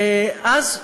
ואז,